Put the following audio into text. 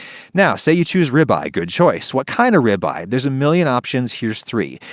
now, say you choose ribeye good choice. what kind of ribeye? there's a million options here's three.